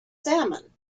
salmon